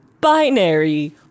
binary